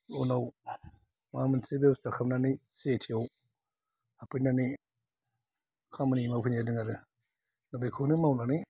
उनाव माबा मोनसे बेबस्था खालामनानै सिआइटिआव हाबफैनानै खामानि मावफैनाय जादों बेखौनो मावनानै